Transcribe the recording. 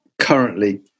currently